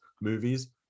movies